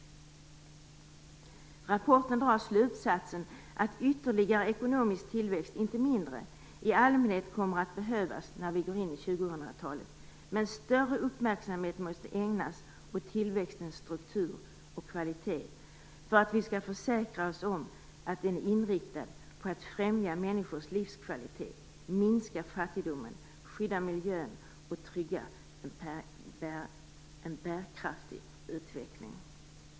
I rapporten dras slutsatsen att ytterligare ekonomisk tillväxt inte mindre i allmänhet kommer att behövas när vi går in i 2000-talet, men större uppmärksamhet måste ägnas åt tillväxtens struktur och kvalitet så att vi skall försäkra oss om att den inriktas på att främja människors livskvalitet, minska fattigdomen, skydda miljön och trygga en bärkraftig utveckling.